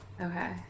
Okay